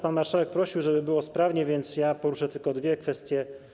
Pan marszałek prosił, żeby było sprawnie, więc poruszę tylko dwie kwestie.